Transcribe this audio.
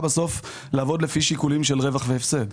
בסוף לעבוד לפי שיקולים של רווח והפסד,